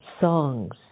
Songs